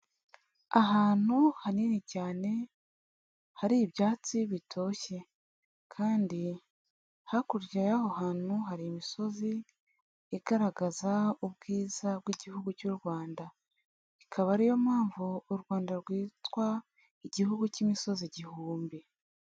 Ahantu hanini cyane hari ibyatsi bitoshye kandi hakurya y'aho hantu hari imisozi igaragaza ubwiza bw'igihugu cy'u Rwanda, ikaba ariyo mpamvu u Rwanda rwitwa igihugu cy'imisozi igihumbi.